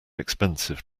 expensive